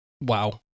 Wow